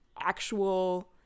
actual